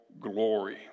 glory